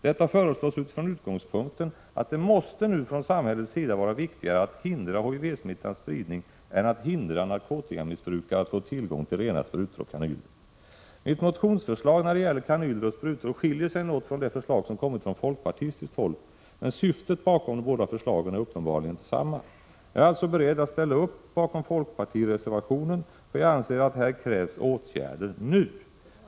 Detta föreslås utifrån utgångspunkten att det nu från samhällets sida måste vara viktigare att hindra HIV-smittans spridning än att hindra narkotikamissbrukare att få tillgång till rena sprutor och kanyler, Mitt motionsförslag när det gäller kanyler och sprutor skiljer sig något från det förslag som kommit från folkpartistiskt håll, men syftet bakom de båda förslagen är uppenbarligen detsamma. Jag är alltså beredd att ställa upp bakom folkpartireservationen, för jag anser att här krävs åtgärder nu.